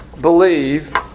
believe